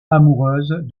amoureuse